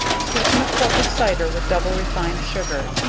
sweeten a quart of cyder with double refined sugar,